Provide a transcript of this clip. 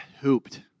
hooped